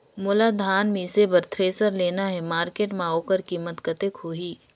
मोला धान मिसे बर थ्रेसर लेना हे मार्केट मां होकर कीमत कतेक होही?